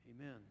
amen